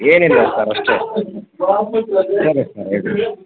ಏನಿಲ್ಲ ಸರ್ ಅಷ್ಟೇ ಸರಿ ಸರ್